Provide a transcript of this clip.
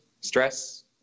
stress